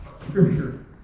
scripture